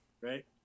right